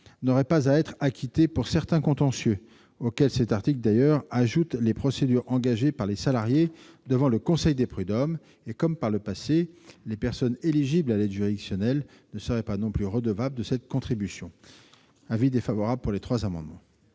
n'aurait pas à être acquittée pour certains contentieux, auxquels cet article, d'ailleurs, ajoute les procédures engagées par les salariés devant le conseil des prud'hommes. Par ailleurs, comme par le passé, les personnes éligibles à l'aide juridictionnelle ne seraient pas non plus redevables de cette contribution. Quel est l'avis du Gouvernement